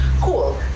cool